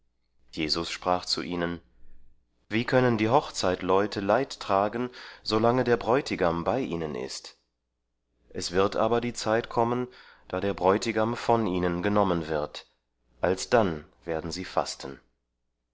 jesus sprach zu ihnen wie können die hochzeitleute leid tragen solange der bräutigam bei ihnen ist es wird aber die zeit kommen daß der bräutigam von ihnen genommen wird alsdann werden sie fasten